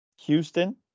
Houston